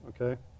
okay